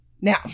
Now